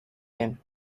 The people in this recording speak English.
him